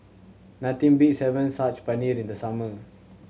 nothing beats having Saag Paneer in the summer